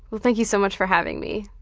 well thank you so much for having me,